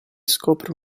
scopre